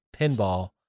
pinball